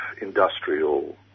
industrial